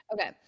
Okay